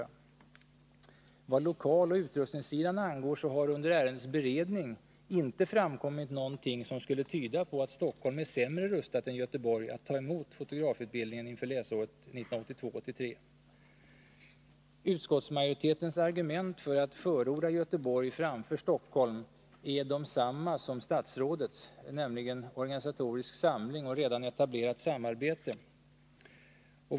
Vad beträffar lokaloch utrustningssidan, så har under ärendets beredning inte framkommit någonting som skulle tyda på att Stockholm är sämre rustat än Göteborg för att ta emot fotografutbildningen inför läsåret 1982/83. Utskottsmajoritetens argument för att förorda Göteborg framför Stockholm är detsamma som statsrådets, nämligen organisatorisk samling och redan etablerat samarbete.